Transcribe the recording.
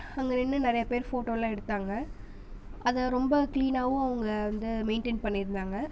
அங்கே நின்று நிறையா பேர் ஃபோட்டோலாம் எடுத்தாங்கள் அதை ரொம்ப கிளீனாவும் அவங்க வந்து மெயின்டெயின் பண்ணியிருந்தாங்க